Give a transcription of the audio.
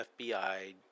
FBI